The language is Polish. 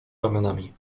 ramionami